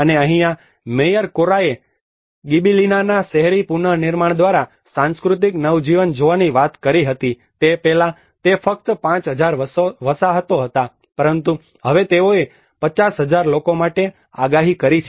અને અહીંયા મેયર કોરાએ ગિબિલીનાના શહેરી પુનર્નિર્માણ દ્વારા સાંસ્કૃતિક નવજીવન જોવાની વાત કરી હતી તે પહેલાં તે ફક્ત 5000 વસાહતો હતા પરંતુ હવે તેઓએ 50000 લોકો માટે આગાહી કરી છે